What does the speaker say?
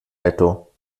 netto